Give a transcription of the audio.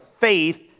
faith